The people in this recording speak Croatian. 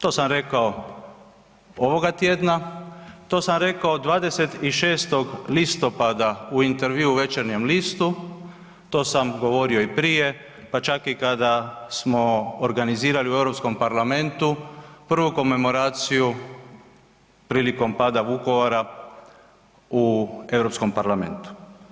To sam rekao ovoga tjedna, to sam rekao 26. listopada u intervjuu u Večernjem listu, to sam govorio i prije, pa čak i kada smo organizirali u Europskom parlamentu prvu komemoraciju prilikom pada Vukovara u Europskom parlamentu.